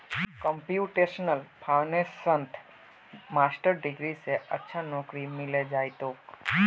computational फाइनेंसत master degree स अच्छा नौकरी मिले जइ तोक